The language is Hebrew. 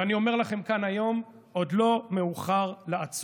ואני אומר לכם כאן היום, עוד לא מאוחר לעצור.